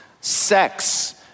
sex